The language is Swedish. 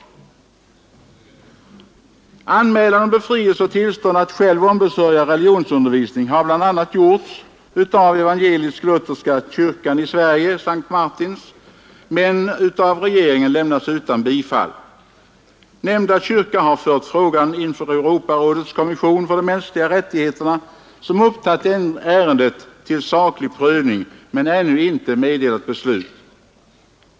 Anhållan om befrielse och tillstånd att själv ombesörja religionsundervisning har bl.a. gjorts av evangelisk-lutherska kyrkan i Sverige, S:t Martins församling, men av regeringen 1970 lämnats utan bifall. Nämnda kyrka har fört frågan inför Europarådets kommission för de mänskliga rättigheterna, som har upptagit ärendet till saklig prövning men ännu inte meddelat beslut.